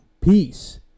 peace